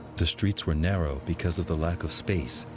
the streets were narrow because of the lack of space,